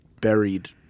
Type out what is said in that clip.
buried